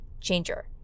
changer